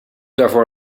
daarvoor